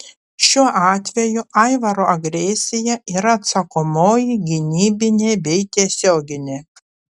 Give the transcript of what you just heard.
šiuo atveju aivaro agresija yra atsakomoji gynybinė bei tiesioginė